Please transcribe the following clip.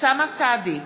אוסאמה סעדי,